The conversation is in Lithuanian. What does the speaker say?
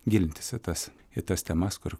gilintis į tas kitas temas kur